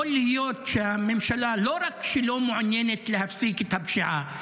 יכול להיות שהממשלה לא רק שלא מעוניינת להפסיק את הפשיעה,